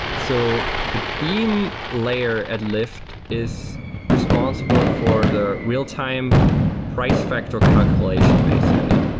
so the beam layer at lyft is responsible for the real-time price factor calculation, basically.